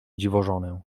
dziwożonę